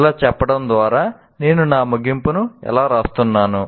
ఇలా చెప్పడం ద్వారా నేను నా ముగింపును ఇలా వ్రాస్తున్నాను